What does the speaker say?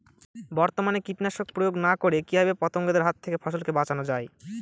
বর্তমানে কীটনাশক প্রয়োগ না করে কিভাবে পতঙ্গদের হাত থেকে ফসলকে বাঁচানো যায়?